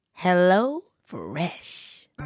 HelloFresh